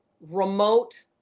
remote